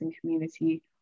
community